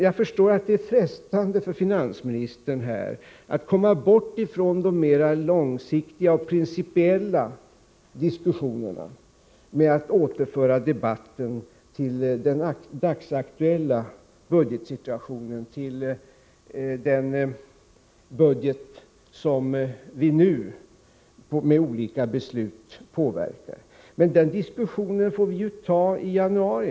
Jag förstår att det är frestande för finansministern att avlägsna sig från de mer långsiktiga och principiella diskussionerna genom att återuppföra debatten till den dagsaktuella budgetsituationen, till den budget som vi nu med olika beslut påverkar. Men den diskussionen får vi ta i januari.